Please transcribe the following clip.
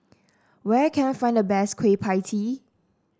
where can I find the best Kueh Pie Tee